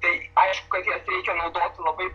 tai aišku kad jas reikia naudoti labai